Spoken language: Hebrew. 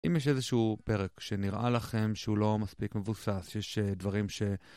אם יש איזה שהוא פרק שנראה לכם שהוא לא מספיק מבוסס, יש דברים ש...